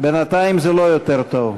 בינתיים זה לא יותר טוב.